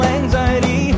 anxiety